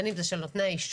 בין אם זה של נותני האישור,